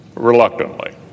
reluctantly